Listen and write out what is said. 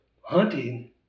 hunting